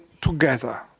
together